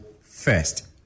first